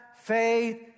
faith